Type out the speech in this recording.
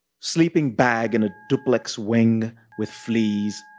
sleeping bag in a duplex wing with fleas,